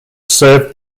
served